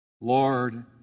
Lord